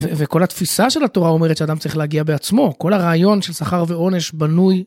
וכל וכל התפיסה של התורה אומרת שאדם צריך להגיע בעצמו. כל הרעיון של שכר ועונש בנוי.